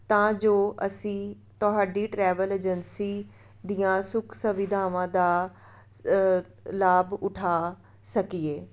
ਤਾਂ ਜੋ ਅਸੀਂ ਤੁਹਾਡੀ ਟਰੈਵਲ ਏਜੰਸੀ ਦੀਆਂ ਸੁੱਖ ਸੁਵਿਧਾਵਾਂ ਦਾ ਲਾਭ ਉਠਾ ਸਕੀਏ